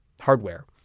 hardware